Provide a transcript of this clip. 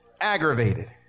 aggravated